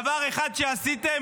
דבר אחד שעשיתם?